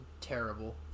terrible